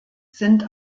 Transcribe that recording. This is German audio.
sind